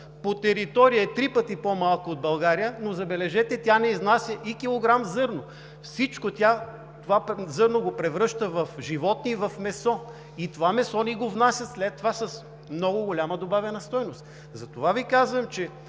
по територия е три пъти по-малка от България, но, забележете, тя не изнася и килограм зърно. Всичкото зърно превръща в животни и месо, след това ни внася това месо с много голяма добавена стойност. Затова Ви казвам, че